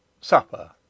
SUPPER